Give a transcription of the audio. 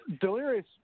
Delirious